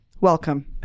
welcome